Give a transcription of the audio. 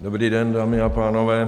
Dobrý den, dámy a pánové.